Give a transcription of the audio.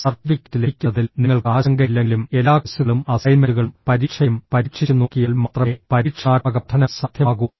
certificate ലഭിക്കുന്നതിൽ നിങ്ങൾക്ക് ആശങ്കയില്ലെങ്കിലും എല്ലാ ക്വിസുകളും അസൈൻമെന്റുകളും പരീക്ഷയും പരീക്ഷിച്ചുനോക്കിയാൽ മാത്രമേ പരീക്ഷണാത്മക പഠനം സാധ്യമാകൂ